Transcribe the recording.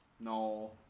No